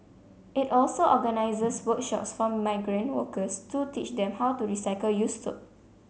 it also organises workshops for migrant workers to teach them how to recycle used soap